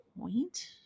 point